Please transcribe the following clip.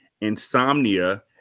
insomnia